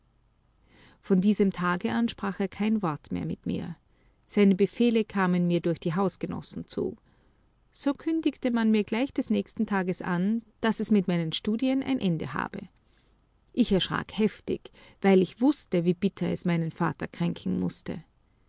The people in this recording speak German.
von diesem tage an sprach er kein wort mehr mit mir seine befehle kamen mir durch die hausgenossen zu so kündigte man mir gleich des nächsten tages an daß es mit meinen studien ein ende habe ich erschrak heftig weil ich wußte wie bitter es meinen vater kränken mußte